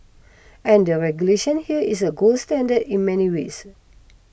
and the regulation here is a gold standard in many ways